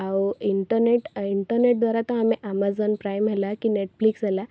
ଆଉ internet internet ଦ୍ୱାରା ତ ଆମେ ଆମାଜନ୍ ପ୍ରାଇମ୍ ହେଲା କି ନେଟଫ୍ଲିକ୍ସ ହେଲା